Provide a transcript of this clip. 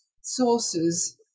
sources